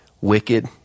wicked